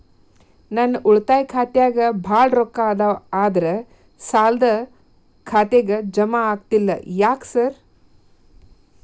ನನ್ ಉಳಿತಾಯ ಖಾತ್ಯಾಗ ಬಾಳ್ ರೊಕ್ಕಾ ಅದಾವ ಆದ್ರೆ ಸಾಲ್ದ ಖಾತೆಗೆ ಜಮಾ ಆಗ್ತಿಲ್ಲ ಯಾಕ್ರೇ ಸಾರ್?